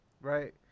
Right